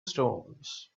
stones